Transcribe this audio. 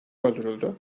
öldürüldü